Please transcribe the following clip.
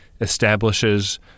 establishes